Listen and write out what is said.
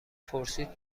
پرسید